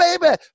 baby